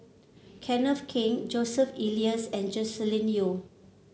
Kenneth Keng Joseph Elias and Joscelin Yeo